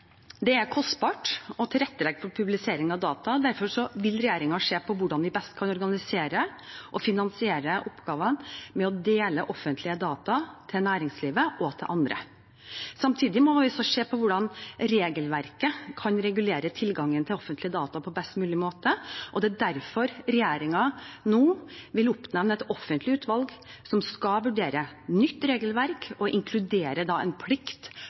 det. Det er kostbart å tilrettelegge for publisering av data, og derfor vil regjeringen se på hvordan vi best kan organisere og finansiere oppgavene med å dele offentlige data med næringslivet og andre. Samtidig må vi også se på hvordan regelverket kan regulere tilgangen til offentlige data på best mulig måte. Derfor vil regjeringen nå oppnevne et offentlig utvalg som skal vurdere nytt regelverk og inkludere en plikt